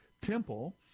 temple